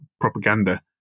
propaganda